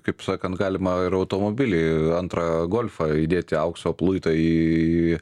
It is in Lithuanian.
kaip sakant galima ir automobilį antrą golfą įdėti aukso luitą į